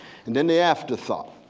and then the afterthought.